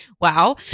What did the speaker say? wow